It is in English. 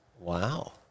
Wow